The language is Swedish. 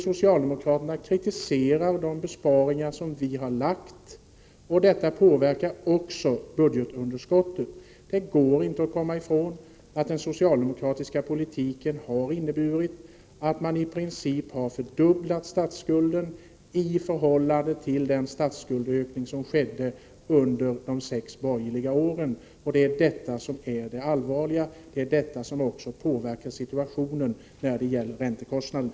Socialdemokraterna kritiserar de besparingar som vi har föreslagit. Också de påverkar budgetunderskottet. Det går inte att komma ifrån att den socialdemokratiska politiken har inneburit att man i princip har fördubblat statsskuldsökningen i förhållande till den statsskuldsökning som skedde under de sex borgerliga åren. Detta är det allvarliga, och detta påverkar räntekostnaderna.